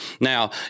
Now